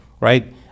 right